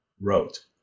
wrote